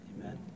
Amen